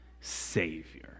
Savior